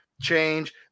change